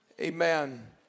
Amen